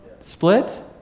Split